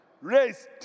raised